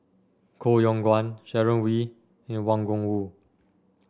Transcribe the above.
Koh Yong Guan Sharon Wee and Wang Gungwu